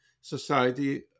Society